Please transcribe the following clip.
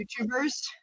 YouTubers